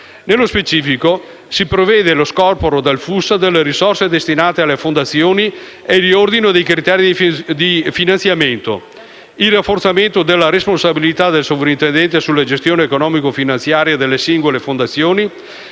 Nello specifico, si prevede lo scorporo dal FUS delle risorse destinate alle fondazioni e il riordino dei criteri di finanziamento, il rafforzamento della responsabilità del sovrintendente sulla gestione economico-finanziaria delle singole fondazioni